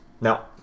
now